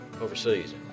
overseas